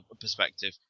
perspective